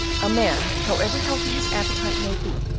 a man, however healthy his appetite may be,